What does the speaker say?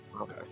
Okay